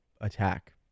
attack